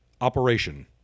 operation